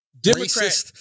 Democrat-